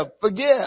forgive